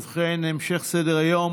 ובכן, המשך סדר-היום